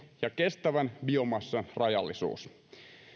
ja kestävän biomassan rajallisuus